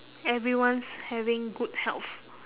everyone's having good health